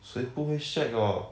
谁不会 shag orh